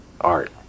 Art